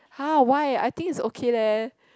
!huh! why I think it's okay leh